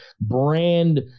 brand